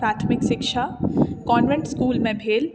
प्राथमिक शिक्षा कॉन्वेन्ट इसकुलमे भेल